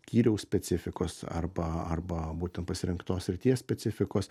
skyriaus specifikos arba arba būtent pasirinktos srities specifikos